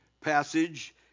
passage